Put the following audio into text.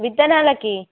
విత్తనాలకి